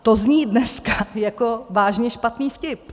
To zní dneska jako vážně špatný vtip.